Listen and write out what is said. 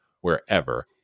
wherever